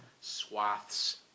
swaths